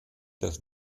das